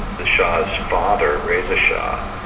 the shah's father, reza shah,